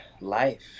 life